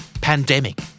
Pandemic